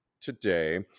today